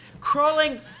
crawling